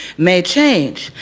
may change.